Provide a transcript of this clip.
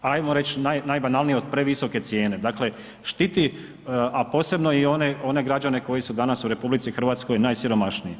ajmo reć najbanalnije, od previsoke cijene, dakle, štiti, a posebno i one građane koji su danas u RH najsiromašniji.